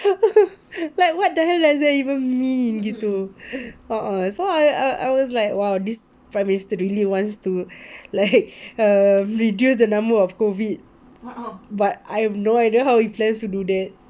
like what the hell does that even mean gitu uh uh so I I was like !wow! this prime minister really wants to like err reduce the number of COVID but I have no idea how he plans to do that